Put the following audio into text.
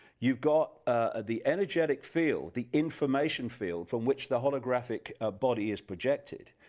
you've got ah the energetic field the information field, from which the holographic ah body is projected,